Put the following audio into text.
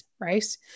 right